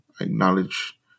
acknowledge